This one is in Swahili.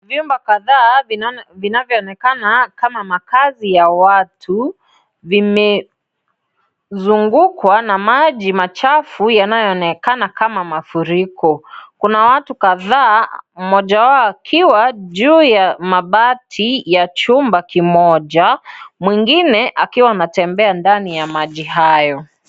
Vyumba kadhaa vinavyoonekana kama makazi ya watu, vimezungukwa na maji machafu yanayoonekana kama mafuriko. Kuna watu kadhaa, mmoja wao akiwa juu ya mabati ya chumba kimoja, mwingine akiwa anatembea ndani ya maji hayo.